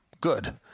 good